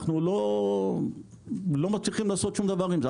אנחנו לא מצליחים לעשות שום דבר עם זה,